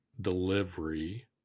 delivery